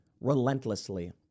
relentlessly